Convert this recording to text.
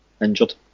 injured